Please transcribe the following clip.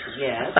Yes